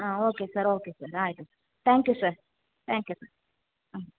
ಹಾಂ okay sir okay sir ಆಯ್ತು thank you sir thank you sir ಹಾಂ